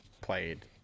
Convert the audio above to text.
played